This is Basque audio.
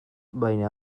baina